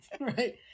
Right